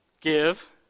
Give